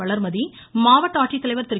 வளர்மதி மாவட்ட ஆட்சித்தலைவர் திரு